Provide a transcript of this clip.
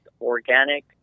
organic